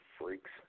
Freaks